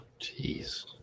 Jeez